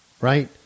right